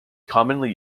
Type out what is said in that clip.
commonly